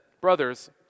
Brothers